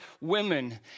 women